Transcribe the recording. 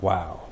Wow